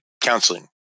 counseling